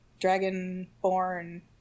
dragon-born